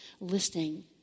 listening